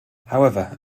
however